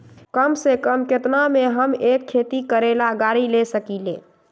कम से कम केतना में हम एक खेती करेला गाड़ी ले सकींले?